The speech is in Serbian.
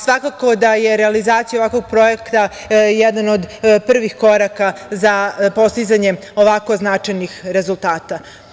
Svakako da je realizacija ovakvog projekta jedan od prvih koraka za postizanje ovako značajnih rezultata.